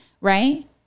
right